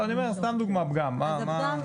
לא, אני אומר סתם לדוגמא פגם, מה?